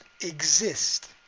exist